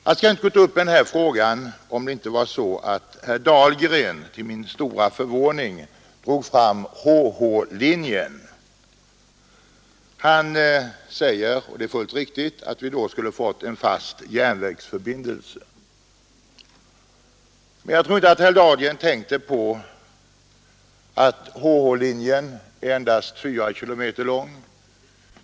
Jag skulle inte ha tagit upp den här frågan, om inte herr Dahlgren till min stora förvåning drog fram Helsingborg-Helsingörlinjen. Han säger och det är fullt riktigt — att vi genom den skulle ha fått en fast järnvägsförbindelse. Men jag tror inte att herr Dahlgren tänkte på att Helsingborg-Helsingörlinjen är endast 4 km lång.